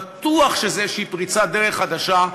בטוח שזוהי פריצת דרך חדשה,